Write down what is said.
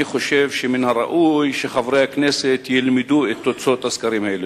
אני חושב שמן הראוי שחברי הכנסת ילמדו את תוצאות הסקרים האלה.